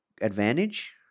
advantage